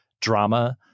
drama